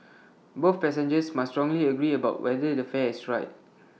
both passengers must strongly agree about whether the fare is right